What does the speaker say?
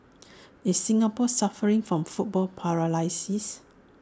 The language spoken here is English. is Singapore suffering from football paralysis